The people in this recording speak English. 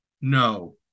no